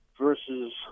versus